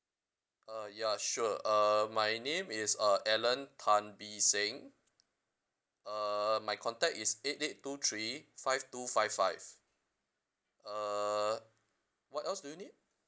uh ya sure uh my name is uh alan tan bee sing err my contact is eight eight two three five two five five uh what else do you need